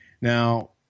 Now